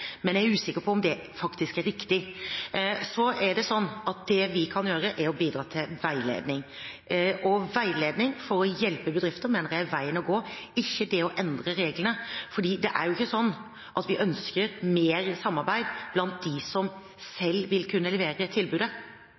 Men jeg er usikker på om det faktisk er riktig. Det vi kan gjøre, er å bidra til veiledning. Veiledning for å hjelpe bedrifter mener jeg er veien å gå, ikke det å endre reglene. For det er ikke sånn at vi ønsker mer samarbeid blant dem som selv vil kunne levere tilbudet.